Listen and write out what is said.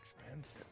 expensive